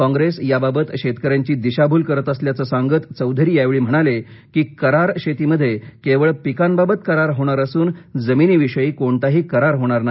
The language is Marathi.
कॉप्रेस याबाबत शेतकऱ्यांची दिशाभूल करत असल्याचं सांगत चौधरी यावेळी म्हणाले की करार शेतीमध्ये केवळ पिकांबाबत करार होणार असून जमिनीविषयी कोणताही करार होणार नाही